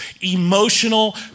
emotional